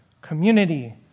community